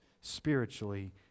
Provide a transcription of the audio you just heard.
spiritually